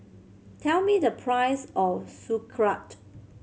tell me the price of Sauerkraut